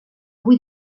avui